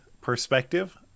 perspective